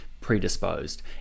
predisposed